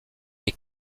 est